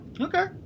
Okay